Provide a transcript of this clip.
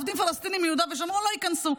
עובדים פלסטינים מיהודה ושומרון לא ייכנסו.